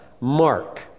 Mark